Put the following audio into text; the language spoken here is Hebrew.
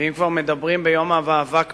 ואם כבר מדברים ביום המאבק בעוני,